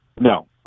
No